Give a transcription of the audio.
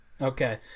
Okay